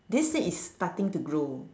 this seed is starting to grow